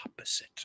opposite